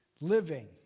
Living